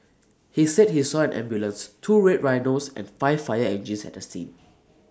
he said he saw an ambulance two red Rhinos and five fire engines at the scene